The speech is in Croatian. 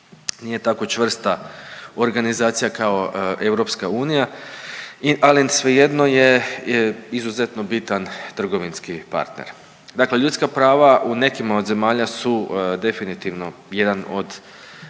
nije tako čvrsta organizacija kao EU. Ali svejedno je izuzetno bitan trgovinski partner. Dakle, ljudska prava u nekima od zemalja su definitivno jedan od